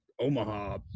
Omaha